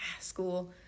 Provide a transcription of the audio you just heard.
school